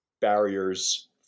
barriers